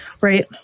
right